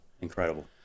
Incredible